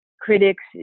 critics